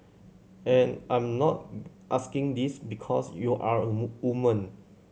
and I'm not asking this because you're a woman